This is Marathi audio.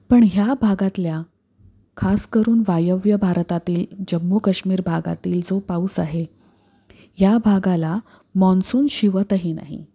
पण ह्या भागातल्या खास करून वायव्य भारतातील जम्मू कश्मीर भागातील जो पाऊस आहे या भागाला मॉन्सून शिवतही नाही